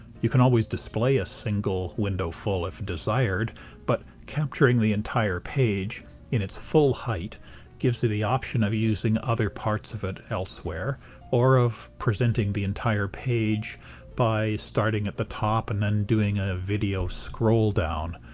you can always display a single window-full if desired but capturing the entire page in its full height gives you the option of using other parts of it elsewhere or of presenting the entire page by starting at the top and then doing a video scroll down,